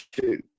two